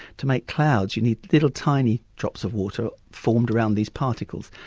to make clouds you need little tiny drops of water formed around these particles,